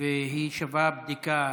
והיא שווה בדיקה.